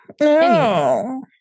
no